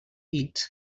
eat